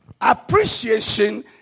appreciation